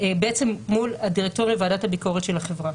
בעצם מול הדירקטוריון וועדת הביקורת של החברה.